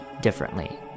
differently